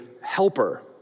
helper